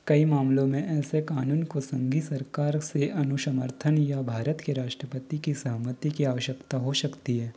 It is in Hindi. कई मामलों में ऐसे कानून को संघी सरकार से अनु समर्थन या भारत के राष्ट्रपति की सहमति की आवश्यकता हो सकती है